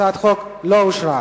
הצעת החוק לא אושרה.